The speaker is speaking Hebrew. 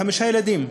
חמישה ילדים.